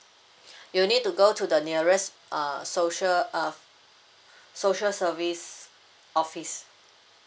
you'll need to go to the nearest uh social uh social service office